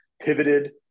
pivoted